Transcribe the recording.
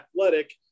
athletic